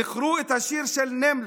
זכרו את השיר של נימלר.